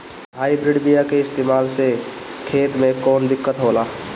Hybrid बीया के इस्तेमाल से खेत में कौन दिकत होलाऽ?